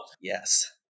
yes